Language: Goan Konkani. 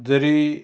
जरी